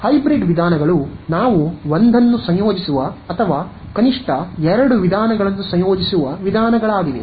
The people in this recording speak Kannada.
ಹೈಬ್ರಿಡ್ ವಿಧಾನಗಳು ನಾವು ಒಂದನ್ನು ಸಂಯೋಜಿಸುವ ಅಥವಾ ಕನಿಷ್ಠ ಎರಡು ವಿಧಾನಗಳನ್ನು ಸಂಯೋಜಿಸುವ ವಿಧಾನಗಳಾಗಿವೆ